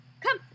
Come